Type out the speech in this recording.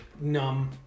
Numb